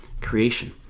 creation